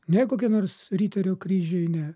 ne kokie nors riterio kryžiai ne